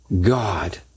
God